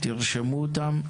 תרשמו אותם.